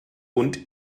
und